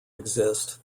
exist